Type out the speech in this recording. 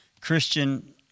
Christian